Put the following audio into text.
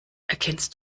erkennst